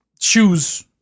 shoes